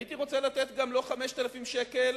הייתי רוצה לתת לא 5,000 שקלים